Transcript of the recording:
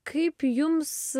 kaip jums